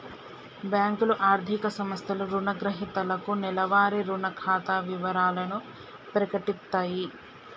బ్యేంకులు, ఆర్థిక సంస్థలు రుణగ్రహీతలకు నెలవారీ రుణ ఖాతా వివరాలను ప్రకటిత్తయి